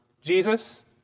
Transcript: Jesus